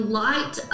light